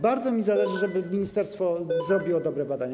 Bardzo mi zależy, żeby ministerstwo zrobiło dobre badania.